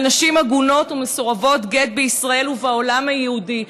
נשים עגונות ומסורבות גט בישראל ובעולם היהודי.